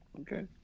okay